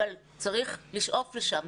אבל צריך לשאוף לשם.